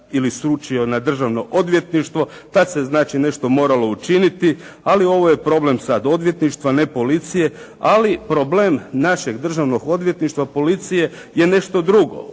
ili sručio da Državno odvjetništvo, pa se znači nešto moralo učiniti, ali je ovo sada problem odvjetništva ne policije, ali problem našeg Državnog odvjetništva policije je nešto drugo.